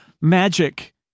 magic